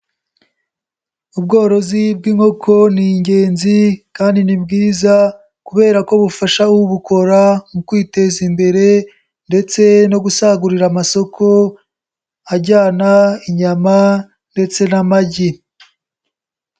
Ubworozi bw'inkoko ni ingenzi kandi ni bwiza kubera ko bufasha ubukora mu kwiteza imbere ndetse no gusagurira amasoko ajyana inyama ndetse n'amagi.